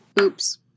Oops